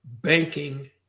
banking